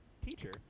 teacher